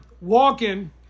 walking